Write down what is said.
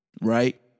Right